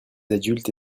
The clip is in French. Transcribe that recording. adultes